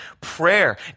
prayer